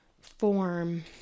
form